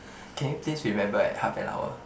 can you please remember at half an hour